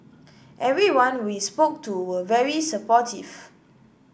everyone we spoke to were very supportive